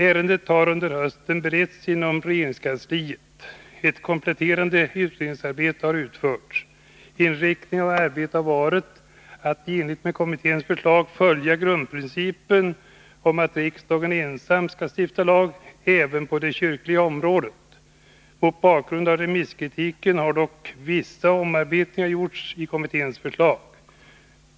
Ärendet har under hösten beretts inom regeringskansliet. Ett kompletterande utredningsarbete har utförts. Inriktningen av arbetet har varit att i enlighet med kommitténs förslag följa grundprincipen om att riksdagen ensam skall stifta lag även på det kyrkliga området. Mot bakgrund av remisskritiken har dock vissa omarbetningar gjorts av kommitténs lagförslag.